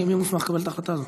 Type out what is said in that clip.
מי מוסמך לקבל את ההחלטה הזאת?